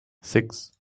six